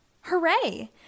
Hooray